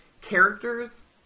characters